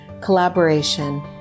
collaboration